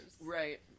Right